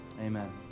Amen